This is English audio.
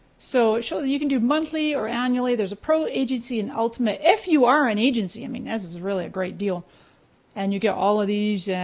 so it shows that you can do monthly or annually, there's a pro agency and ultimate. if you are an agency, i mean this is really a great deal and you get all of these